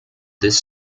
this